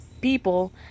people